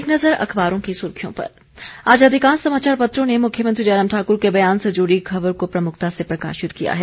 एक नज़र अखबारों की सुर्खियों पर आज अधिकांश समाचार पत्रों ने मुख्यमंत्री जयराम ठाकुर के ब्यान से जुड़ी खबर को प्रमुखता से प्रकाशित किया है